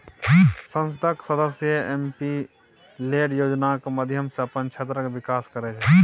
संसदक सदस्य MP LAD योजनाक माध्यमसँ अपन क्षेत्रक बिकास करय छै